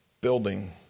building